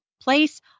Place